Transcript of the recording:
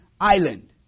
island